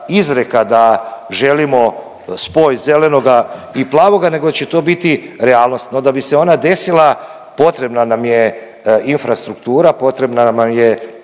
izreka da želimo spoj zelenoga i plavoga, nego će to biti realnost. No da bi se ona desila potrebna nam je infrastruktura, potrebna nam je